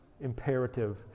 imperative